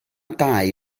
dau